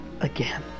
again